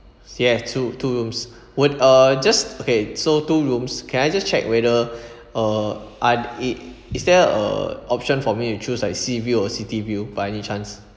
yes two two rooms would uh just okay so two rooms can I just check whether uh I it is there a option for me to choose like sea view or city view by any chance